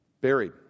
Buried